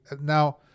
now